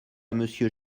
monsieur